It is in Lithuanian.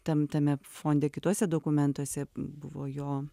tam tame fonde kituose dokumentuose buvo jo